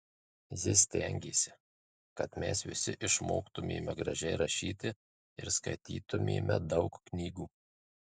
ji stengėsi kad mes visi išmoktumėme gražiai rašyti ir skaitytumėme daug knygų